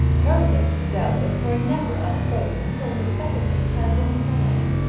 her lips, doubtless, were never unfrozen till the settlements had been signed.